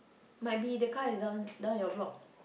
might be the car is down down your block